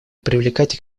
привлекать